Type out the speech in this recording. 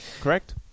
Correct